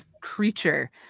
creature